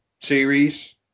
series